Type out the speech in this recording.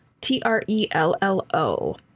T-R-E-L-L-O